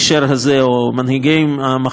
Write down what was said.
מנהיגי המחנה הציוני.